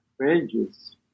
pages